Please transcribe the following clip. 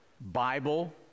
Bible